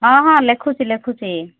ହଁ ହଁ ଲେଖୁଛି ଲେଖୁଛି